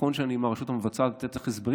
נכון שאני מהרשות המבצעת ואני צריך לתת הסברים